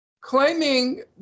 Claiming